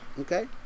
Okay